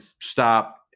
stop